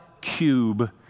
cube